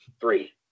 three